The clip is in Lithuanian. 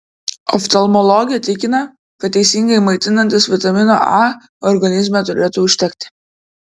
oftalmologė tikina kad teisingai maitinantis vitamino a organizme turėtų užtekti